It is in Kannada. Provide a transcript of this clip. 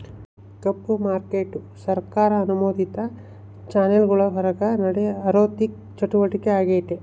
ಕಪ್ಪು ಮಾರ್ಕೇಟು ಸರ್ಕಾರ ಅನುಮೋದಿತ ಚಾನೆಲ್ಗುಳ್ ಹೊರುಗ ನಡೇ ಆಋಥಿಕ ಚಟುವಟಿಕೆ ಆಗೆತೆ